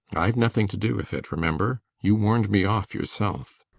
i've nothing to do with it, remember. you warned me off yourself.